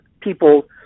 people